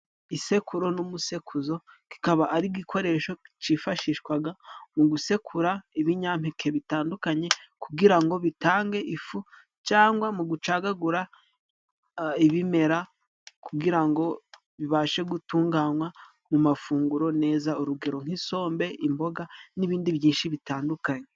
Isekuru n'umusekuzo kikaba ari igikoresho cyifashishwaga, mu gusekura ibinyampeke bitandukanye. Kugira ngo bitange ifu cyangwa mu gucagagura ibimera kugira ngo, bibashe gutunganywa mu mafunguro neza urugero: nk'isombe, imboga n'ibindi byinshi bitandukanye.